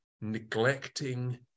neglecting